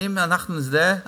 ואם אנחנו נזדהה,